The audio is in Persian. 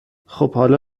خوب، حالا